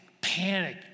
panic